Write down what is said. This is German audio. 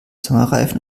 sommerreifen